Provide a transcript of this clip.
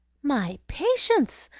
my patience!